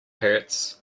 hurts